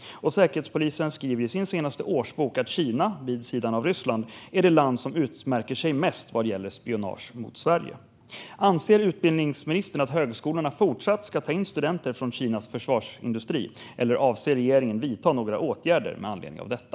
Säkerhetspolisen skriver i sin senaste årsbok att Kina, vid sidan av Ryssland, är det land som utmärker sig mest vad gäller spionage mot Sverige. Anser utbildningsministern att högskolorna ska fortsätta att ta in studenter från Kinas försvarsindustri, eller avser regeringen att vidta några åtgärder med anledning av detta?